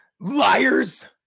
Liars